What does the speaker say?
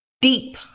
deep